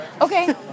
Okay